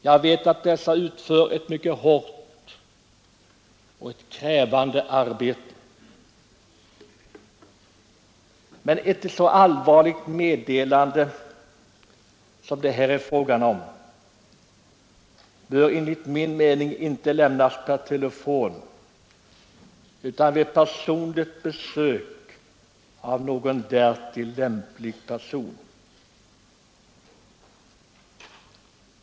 Jag vet att dessa utför ett mycket hårt och krävande arbete, men ett så allvarligt meddelande som det här är fråga om bör enligt min mening inte lämnas per telefon utan vid personligt besök av någon därtill lämplig person.